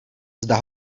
zda